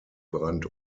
brand